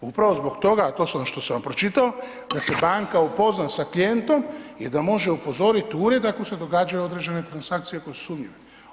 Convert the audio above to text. Upravo zbog toga, a to što sam vam pročitao da se banka upozna s klijentom i da može upozoriti ured ako se događaju određene transakcije koje su sumnjive.